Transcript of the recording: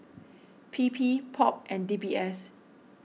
P P Pop and D B S